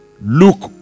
Look